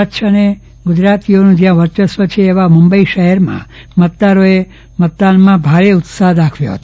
કચ્છી અને ગુજરાતીઓનું જયાં વર્ચસ્વ છે એવા મુંબઈ શહેરમાં મતદારોએ મતદાનમાં ભારે ઉત્સાફ દાખવ્યો ફતો